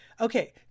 okay